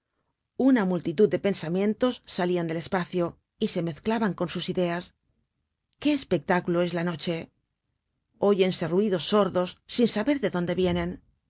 una multitud de pensamientos salian del espacio y se mezclaban con sus ideas qué espectáculo es la noche oyense ruidos sordos sin saber de dónde vienen